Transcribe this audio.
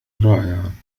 رائعة